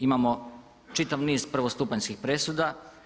Imamo čitav niz prvostupanjskih presuda.